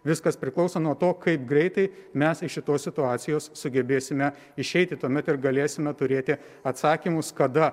viskas priklauso nuo to kaip greitai mes iš šitos situacijos sugebėsime išeiti tuomet ir galėsime turėti atsakymus kada